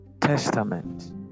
Testament